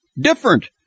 different